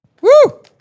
Woo